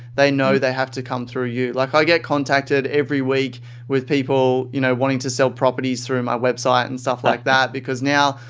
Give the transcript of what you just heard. they know they have to come through you. like i get contacted every week with people you know wanting to sell properties through my website and stuff like that. because, now,